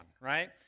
right